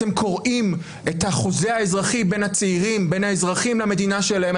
אתם קורעים את החוזה האזרחי בין האזרחים למדינה שלהם,